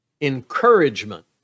encouragement